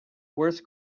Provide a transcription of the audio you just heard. worst